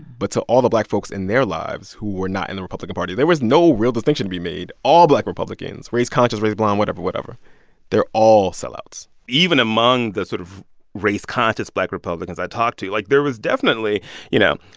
but to all the black folks in their lives who were not in the republican party, there was no real distinction to be made. all black republicans race-conscious, race-blind, whatever, whatever they're all sellouts even among the sort of race-conscious black republicans i talked to, like, there was definitely you know,